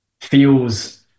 feels